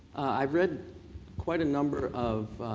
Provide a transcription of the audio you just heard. i read quite a number of